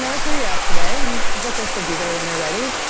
that's where you're at today and the book will still be there when you're ready,